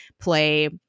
play